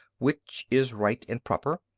which is right and proper.